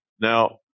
Now